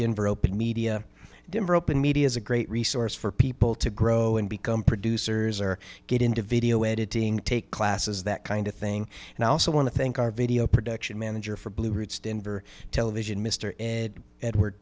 denver open media dinner open media is a great resource for people to grow and become producers or get into video editing take classes that kind of thing and i also want to thank our video production manager for blue routes denver television mr ed ed